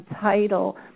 title